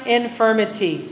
infirmity